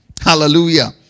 Hallelujah